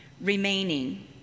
remaining